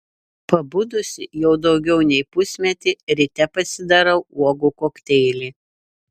pabudusi jau daugiau nei pusmetį ryte pasidarau uogų kokteilį